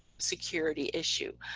security issue.